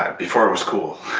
before it was cool,